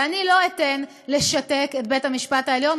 ואני לא אתן לשתק את בית-המשפט העליון,